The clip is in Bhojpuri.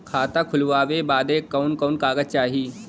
खाता खोलवावे बादे कवन कवन कागज चाही?